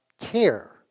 care